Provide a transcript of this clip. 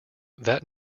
that